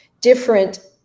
different